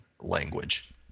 language